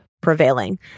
prevailing